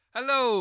Hello